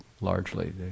largely